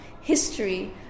history